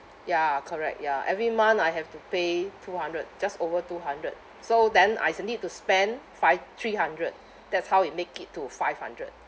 ya correct ya every month I have to pay two hundred just over two hundred so then I s~ need to spend five three hundred that's how it make it to five hundred